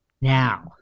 now